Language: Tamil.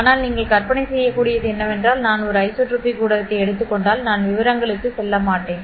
ஆனால் நீங்கள் கற்பனை செய்யக்கூடியது என்னவென்றால் நான் ஒரு ஐசோட்ரோபிக் ஊடகத்தை எடுத்துக் கொண்டால் நான் விவரங்களுக்கு செல்ல மாட்டேன்